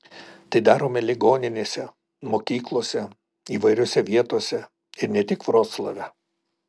tai darome ligoninėse mokyklose įvairiose vietose ir ne tik vroclave